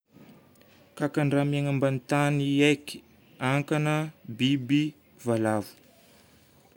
Kakan-draha miaigna ambanin'ny tany haiky: hankagna, biby, valavo.